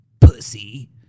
pussy